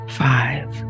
five